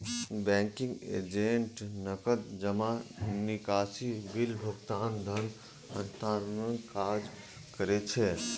banking agent नकद जमा, निकासी, बिल भुगतान, धन हस्तांतरणक काज करै छै